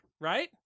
Right